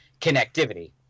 connectivity